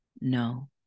no